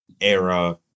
era